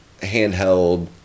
handheld